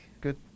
Good